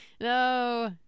No